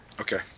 Okay